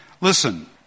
Listen